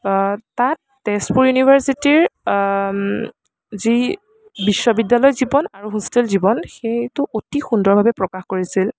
তাত তেজপুৰ ইউনিভাৰ্চিটীৰ যি বিশ্ববিদ্য়ালয় জীৱন আৰু হোষ্টেল জীৱন সেইটো অতি সুন্দৰভাৱে প্ৰকাশ কৰিছিল